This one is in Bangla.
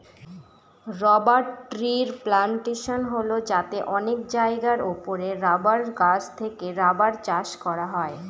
রবার ট্রির প্লানটেশন হল যাতে অনেক জায়গার ওপরে রাবার গাছ থেকে রাবার চাষ করা হয়